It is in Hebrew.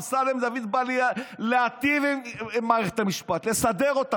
אמסלם דוד בא להיטיב עם מערכת המשפט, לסדר אותה.